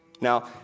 Now